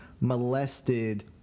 molested